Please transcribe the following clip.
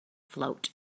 float